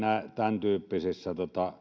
tämäntyyppisissä